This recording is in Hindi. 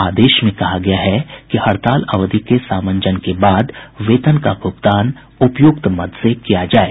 आदेश में कहा गया है कि हड़ताल अवधि के सामंजन के बाद वेतन का भुगतान उपयुक्त मद से किया जाये